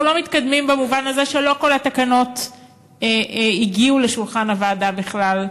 אנחנו לא מתקדמים במובן הזה שלא כל התקנות הגיעו לשולחן הוועדה בכלל,